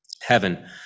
heaven